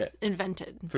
invented